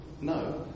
No